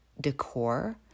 decor